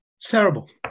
Terrible